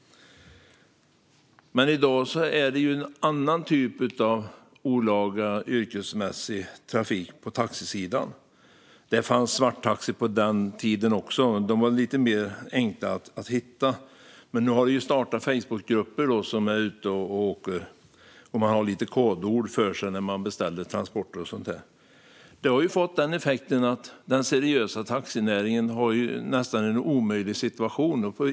Men i dag är det en annan typ av olaga yrkesmässig trafik på taxisidan. Det fanns svarttaxi på den tiden också. De var lite enklare att hitta då. Nu har det startat Facebookgrupper med personer som är ute och åker, och man har lite kodord för sig när man beställer transporter och sådant. Detta har fått effekten att den seriösa taxinäringen nästan har en omöjlig situation.